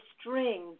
string